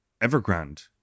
Evergrande